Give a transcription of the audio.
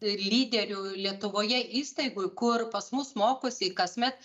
lyderių lietuvoje įstaigų kur pas mus mokosi kasmet